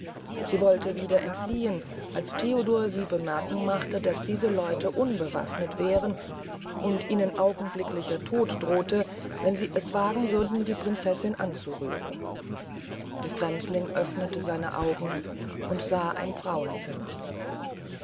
sie wollte wieder entfliehn als theodor sie bemerken machte daß diese leute unbewafnet wären und ihnen augenblicklichen tod drohte wenn sie es wagen würden die prinzessin anzurühren der fremdling öfnete seine augen und sah ein frauenzimmer